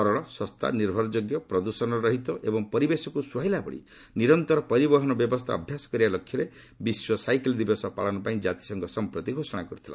ସରଳ ଶସ୍ତା ନିର୍ଭରଯୋଗ୍ୟ ପ୍ରଦୃଷଣରହିତ ଏବଂ ପରିବେଶକୁ ସୁହାଇଲା ଭଳି ନିରନ୍ତର ପରିବହନ ବ୍ୟବସ୍ଥା ଅଭ୍ୟାସ କରିବା ଲକ୍ଷ୍ୟରେ ବିଶ୍ୱ ସାଇକେଲ୍ ଦିବସ ପାଳନପାଇଁ ଜାତିସଂଘ ସମ୍ପ୍ରତି ଘୋଷଣା କରିଥିଲା